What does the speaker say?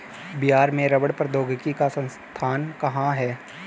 बिहार में रबड़ प्रौद्योगिकी का संस्थान कहाँ है?